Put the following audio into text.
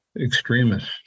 extremists